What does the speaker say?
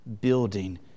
building